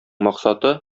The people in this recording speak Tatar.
максаты